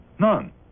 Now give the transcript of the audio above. None